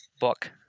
book